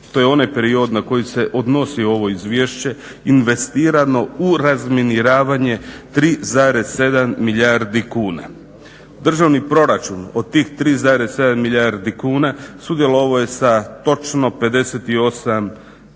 to je onaj period na koji se odnosi ovo izvješće investirano u razminiravanje 3,7 milijardi kuna. Državni proračun od tih 3,7 milijardi kuna sudjelovao je točno sa